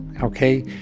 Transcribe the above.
Okay